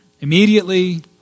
Immediately